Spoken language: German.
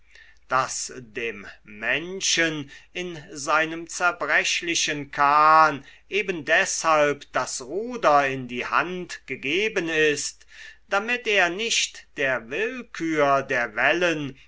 daß dem menschen in seinem zerbrechlichen kahn eben deshalb das ruder in die hand gegeben ist damit er nicht der willkür der wellen